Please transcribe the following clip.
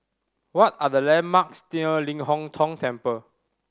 what are the landmarks near Ling Hong Tong Temple